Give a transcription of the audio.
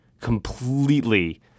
completely